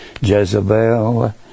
Jezebel